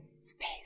Space